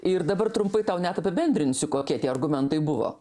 ir dabar trumpai tau net apibendrinsiu kokie tie argumentai buvo